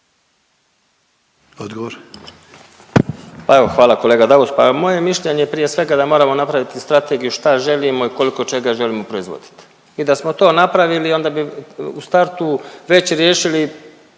Pa evo hvala kolega Daus. Pa moje je mišljenje prije svega da moramo napraviti strategiju šta želimo i koliko čega želimo proizvoditi. I da smo to napravili onda bi u startu već riješili